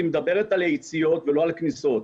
היא מדברת על היציאות ולא על הכניסות.